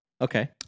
Okay